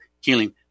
Healing